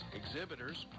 exhibitors